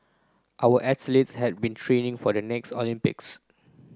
our athletes have been training for the next Olympics